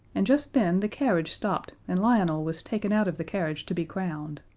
and just then the carriage stopped and lionel was taken out of the carriage to be crowned.